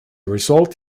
result